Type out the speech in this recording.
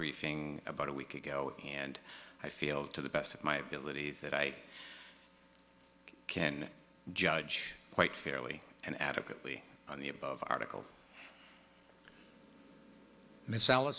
briefing about a week ago and i feel to the best of my ability that i can judge quite fairly and adequately on the above article mi